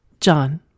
John